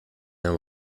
naar